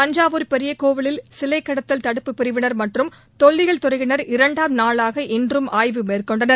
தஞ்சாவூர் பெரியகோவில் சிலைக்கடத்தல் தடுப்புப் பிரிவினர் மற்றும் தொல்லியல் துறையினர் இரண்டாம் நாளாக இன்றம் மேற்கொண்டனர்